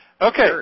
Okay